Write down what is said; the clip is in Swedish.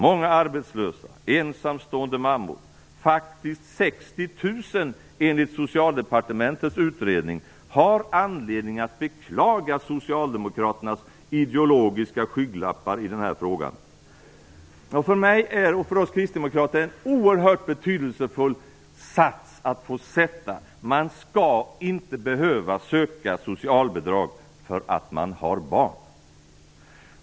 Många arbetslösa ensamstående mammor - faktiskt 60 000 enligt Socialdepartementets utredning - har anledning att beklaga socialdemokraternas ideologiska skygglappar i den här frågan. För mig och för oss kristdemokrater är det en oerhört betydelsefull sats att få sätta man skall inte behöva söka socialbidrag för att man har barn.